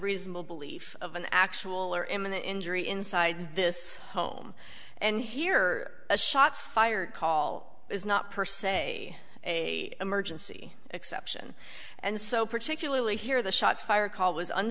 reasonable belief of an actual or imminent injury inside this home and hear a shots fired call is not per se a emergency exception and so particularly here the shots fired call was